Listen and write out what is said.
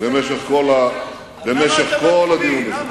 במשך כל הדיון הזה.